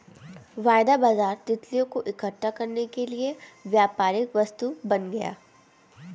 वायदा बाजार तितलियों को इकट्ठा करने के लिए व्यापारिक वस्तु बन गया